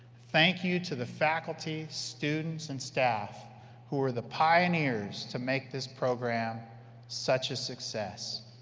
thank you to the faculty, students and staff who were the pioneers to make this program such a success.